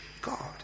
God